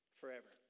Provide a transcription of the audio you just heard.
forever